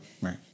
Right